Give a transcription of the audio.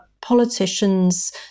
politicians